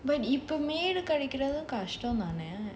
but இப்போ மேடு கெடைக்குறதும் கஷ்டம் தானே:ippo medu kedaikkurathu kashtam thaan